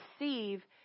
receive